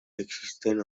existen